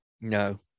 No